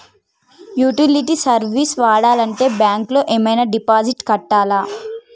Utility service వాడాలంటే bank లో ఏమైనా డిపాజిట్ కట్టాలా?